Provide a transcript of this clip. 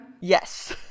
Yes